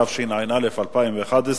התשע"א 2011,